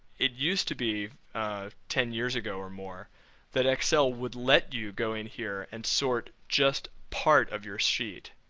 it used to be ten years ago or more that excel would let you go in here and sort just part of your sheet.